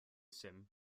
sim